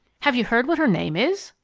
have you heard what her name is?